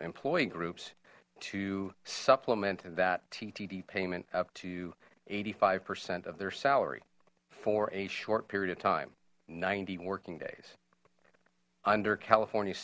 employee groups to supplement that ttd payment up to eighty five percent of their salary for a short period of time ninety working days under california